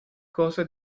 cosa